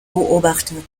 beobachtet